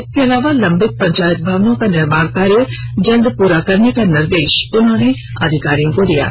इसके अलावा लंबित पंचायत भवनों का निर्माण कार्य जल्द पूरा करने का निर्देश संबंधित अधिकारियों को दिया गया